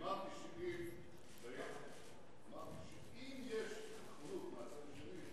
אמרתי שאם יש נכונות מהצד השני,